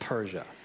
Persia